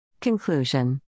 Conclusion